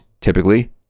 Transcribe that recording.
typically